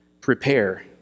prepare